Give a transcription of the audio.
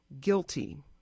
guilty